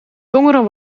tongeren